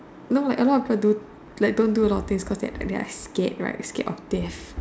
no like a lot people don't do a lot of things right cause that they are scared right scared of death